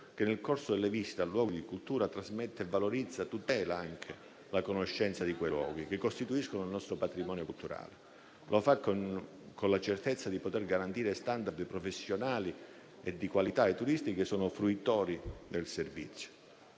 che nel corso delle visite ai luoghi di cultura trasmette, valorizza e tutela la conoscenza di quei luoghi, che costituiscono il nostro patrimonio culturale. Lo fa con la certezza di poter garantire *standard* professionali e di qualità ai turisti, che sono i fruitori del servizio.